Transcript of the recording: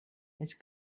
it’s